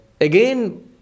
Again